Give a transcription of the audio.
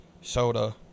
soda